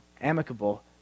amicable